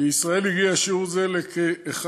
בישראל הגיע שיעור זה לכ-1.5%,